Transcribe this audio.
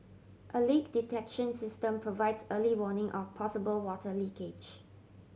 a leak detection system provides early warning of possible water leakage